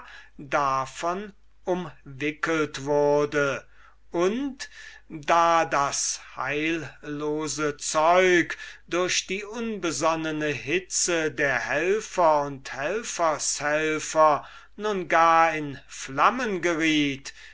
davon umwickelt und umsponnen wurde und da das heillose zeug durch die unbesonnene hitze der helfer und helfershelfer in flammen geriet